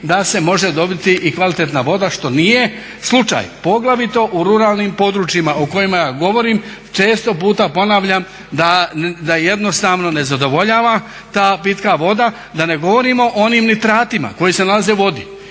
da se može dobiti i kvalitetna voda što nije slučaj poglavito u ruralnim područjima o kojima ja govorim često puta ponavljam da jednostavno ne zadovoljava ta pitka voda. Da ne govorim o onim nitratima koji se nalaze u vodi